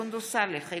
אינו נוכח סונדוס סאלח,